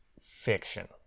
fiction